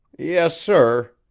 yes, sir.